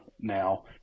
now